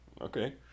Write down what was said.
okay